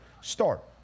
start